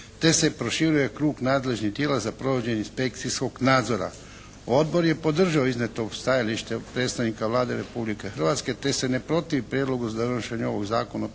te se proširuje krug nadležnih tijela za provođenje inspekcijskog nadzora. Odbor je podržao iznijeto stajalište predstavnika Vlade Republike Hrvatske te se ne protivi prijedlogu donošenja ovog Zakona po